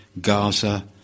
Gaza